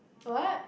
what